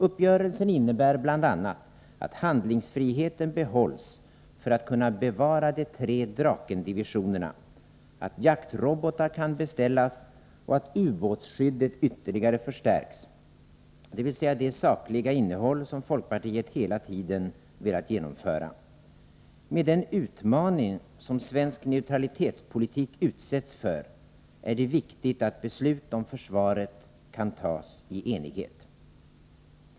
Uppgörelsen innebär bl.a. att handlingsfriheten behålls för att kunna bevara de tre Drakendivisionerna, att jaktrobotar kan beställas och att ubåtsskyddet ytterligare förstärks, dvs. det sakliga innehåll som folkpartiet hela tiden velat genomföra. Med den utmaning som svensk neutralitetspolitik utsätts för är det viktigt att beslut om försvaret kan tas i enighet.